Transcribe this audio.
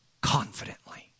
Confidently